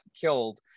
killed